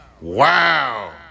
Wow